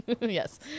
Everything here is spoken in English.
Yes